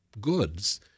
goods